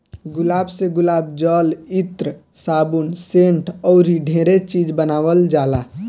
गुलाब से गुलाब जल, इत्र, साबुन, सेंट अऊरो ढेरे चीज बानावल जाला